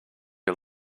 you